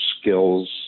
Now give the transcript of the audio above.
skills